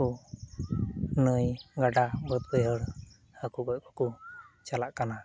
ᱠᱚ ᱱᱟᱹᱭ ᱜᱟᱰᱟ ᱵᱟᱹᱫᱽᱼᱵᱟᱹᱭᱦᱟᱹᱲ ᱦᱟᱹᱠᱩ ᱜᱚᱡᱠᱚ ᱠᱚ ᱪᱟᱞᱟᱜ ᱠᱟᱱᱟ